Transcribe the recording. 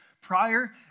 prior